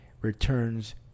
returns